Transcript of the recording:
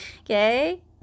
Okay